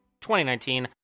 2019